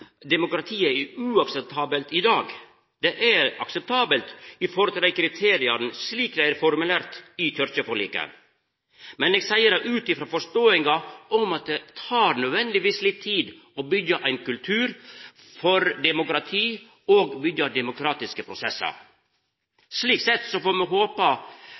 demokratiet er uakseptabelt i dag. Det er akseptabelt i forhold til kriteria, slik dei er formulerte i kyrkjeforliket. Men eg seier det utifrå forståinga om at det nødvendigvis tek litt tid å byggja ein kultur for demokrati og å byggja demokratiske prosessar. Slik sett får me håpa